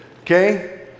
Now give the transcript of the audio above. okay